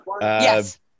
Yes